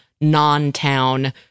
non-town